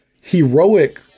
heroic